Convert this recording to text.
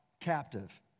captive